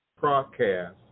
broadcast